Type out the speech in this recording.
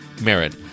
merit